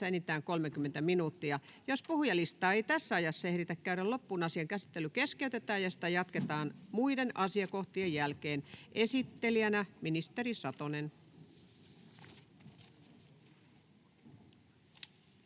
enintään 30 minuuttia. Jos puhujalistaa ei tässä ajassa ehditä käydä loppuun, asian käsittely keskeytetään ja sitä jatketaan muiden asiakohtien jälkeen. — Esittelijänä ministeri Satonen.